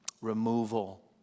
Removal